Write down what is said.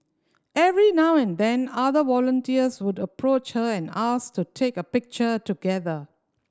every now and then other volunteers would approach her and ask to take a picture together